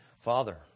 Father